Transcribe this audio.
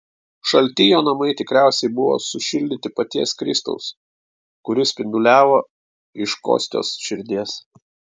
šalti jo namai tikriausiai buvo sušildyti paties kristaus kuris spinduliavo iš kostios širdies